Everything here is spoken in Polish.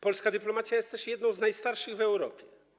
Polska dyplomacja jest też jedną z najstarszych w Europie.